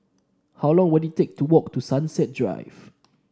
how long will it take to walk to Sunrise Drive